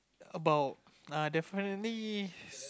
about err definitely